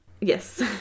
Yes